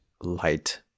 light